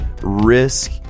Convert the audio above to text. risk